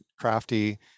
crafty